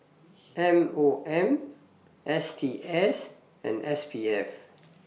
M O M S T S and S P F